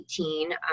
2018